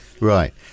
Right